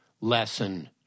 lesson